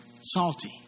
salty